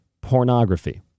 pornography